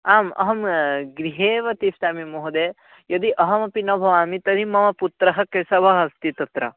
आम् अहं गृहे एव तिष्ठामि महोदयः यदि अहमपि न भवामि तर्हि मम पुत्रः केशवः अस्ति तत्र